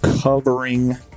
covering